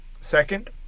Second